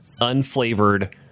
unflavored